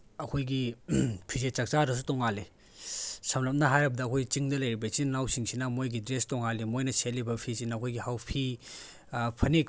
ꯑꯩꯈꯣꯏꯒꯤ ꯐꯤꯖꯦꯠ ꯆꯥꯛꯆꯥꯗꯁꯨ ꯇꯣꯡꯉꯥꯜꯂꯤ ꯁꯝꯂꯞꯅ ꯍꯥꯏꯔꯕꯗ ꯑꯩꯈꯣꯏ ꯆꯤꯡꯗ ꯂꯩꯔꯤꯕ ꯏꯆꯤꯜ ꯏꯅꯥꯎꯁꯤꯡꯅꯤꯅ ꯃꯣꯏꯒꯤ ꯗ꯭ꯔꯦꯁ ꯇꯣꯡꯉꯥꯜꯂꯤ ꯃꯣꯏꯅ ꯁꯦꯠꯂꯤꯕ ꯐꯤꯁꯤꯅ ꯑꯩꯈꯣꯏꯒꯤ ꯍꯥꯎꯐꯤ ꯐꯅꯦꯛ